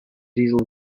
diesel